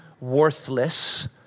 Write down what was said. worthless